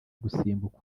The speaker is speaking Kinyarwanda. gusimbuka